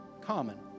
common